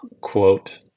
quote